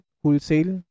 wholesale